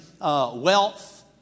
wealth